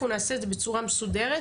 אנחנו נעשה את זה בצורה מסודרת,